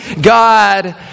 God